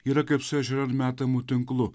yra kaip su ežeran metamu tinklu